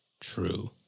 true